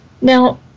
now